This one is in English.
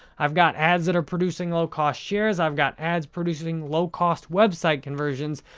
i've got ads that are producing low cost shares. i've got ads producing low cost website conversions.